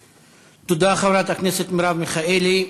תודה, חברת הכנסת מרב מיכאלי.